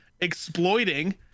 exploiting